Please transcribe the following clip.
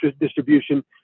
distribution